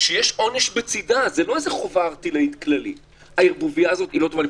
שיש עונש בצידה, זו לא איזו חובה ערטילאית כללית.